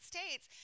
States